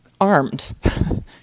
armed